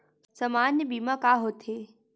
सामान्य बीमा का होथे?